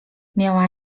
miała